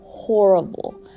horrible